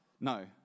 No